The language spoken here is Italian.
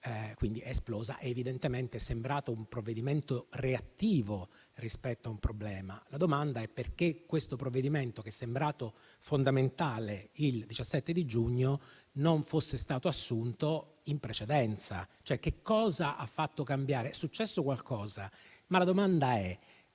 Astor, è esplosa ed evidentemente è sembrato un provvedimento reattivo rispetto a un problema. La domanda è perché questo provvedimento, che è sembrato fondamentale il 17 giugno, non fosse stato assunto in precedenza. È successo qualcosa, ma la domanda è